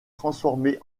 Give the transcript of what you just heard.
transformé